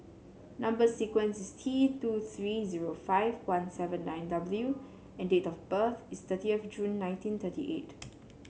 number sequence is T two three zero five one seven nine W and date of birth is thirtieth June nineteen thirty eight